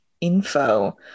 info